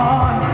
on